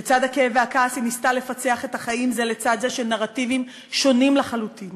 לצד הכאב והכעס היא ניסתה לפצח את החיים של נרטיבים שונים לחלוטין